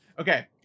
Okay